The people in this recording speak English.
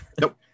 Nope